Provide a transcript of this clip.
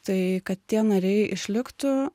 tai kad tie nariai išliktų